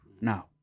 now